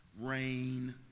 rain